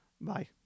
Bye